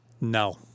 No